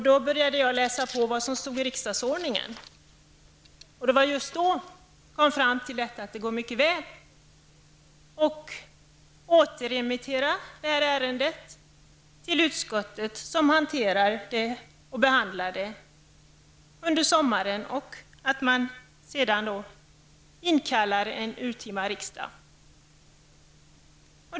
Då började jag läsa vad som stod i riksdagsordningen, och därvid kom jag fram till att det går mycket väl att återremittera det här ärendet till utskottet, som hanterar och behandlar det under sommaren, varefter man inkallar en urtima riksdag.